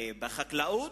בחקלאות,